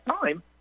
time